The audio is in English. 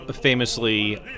famously